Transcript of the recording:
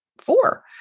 four